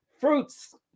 fruits